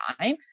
time